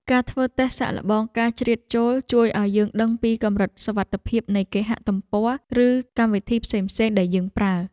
ការធ្វើតេស្តសាកល្បងការជ្រៀតចូលជួយឱ្យយើងដឹងពីកម្រិតសុវត្ថិភាពនៃគេហទំព័រ ឬកម្មវិធីផ្សេងៗដែលយើងប្រើ។